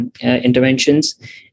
interventions